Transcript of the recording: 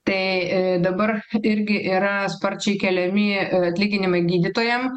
tai dabar irgi yra sparčiai keliami atlyginimai gydytojam